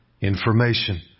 information